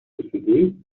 کشیدین